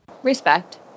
Respect